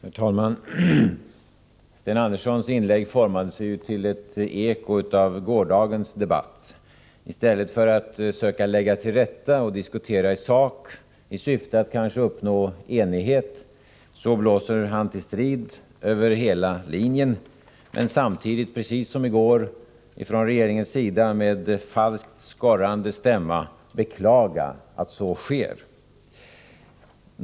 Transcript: Herr talman! Sten Anderssons inlägg formade sig ju till ett eko av gårdagens debatt. I stället för att söka lägga till rätta och diskutera i sak i syfte att kanske uppnå enighet, blåser han till strid över hela linjen, men samtidigt beklagar han — precis såsom i går skedde på regeringshåll — med falskt skorrande stämma att så sker.